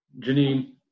Janine